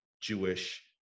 Jewish